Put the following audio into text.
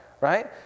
right